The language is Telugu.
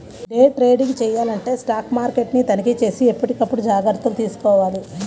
డే ట్రేడింగ్ చెయ్యాలంటే స్టాక్ మార్కెట్ని తనిఖీచేసి ఎప్పటికప్పుడు జాగర్తలు తీసుకోవాలి